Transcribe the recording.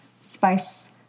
spice